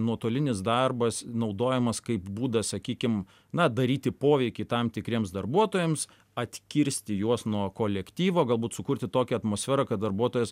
nuotolinis darbas naudojamas kaip būdas sakykim na daryti poveikį tam tikriems darbuotojams atkirsti juos nuo kolektyvo galbūt sukurti tokią atmosferą kad darbuotojas